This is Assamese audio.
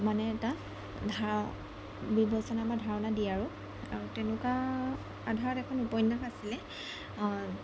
মানে এটা ধাৰ বিবেচনা বা ধাৰণা দিয়ে আৰু আৰু তেনেকুৱা আধাৰত এখন উপন্যাস আছিলে